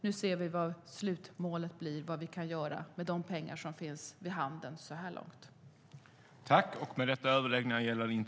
Nu ser vi vad slutmålet blir och vad vi kan göra med de pengar som finns till hands så här långt.